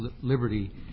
liberty